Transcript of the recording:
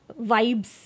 vibes